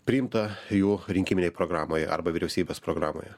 priimta jų rinkiminėj programoj arba vyriausybės programoje